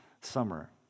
summer